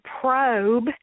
probe